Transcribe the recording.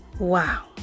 Wow